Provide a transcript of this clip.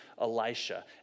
Elisha